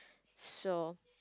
so